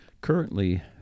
Currently